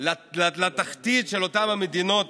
של מדינות